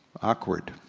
awkward.